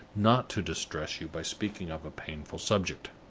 not to distress you by speaking of a painful subject.